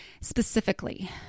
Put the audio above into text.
specifically